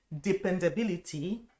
dependability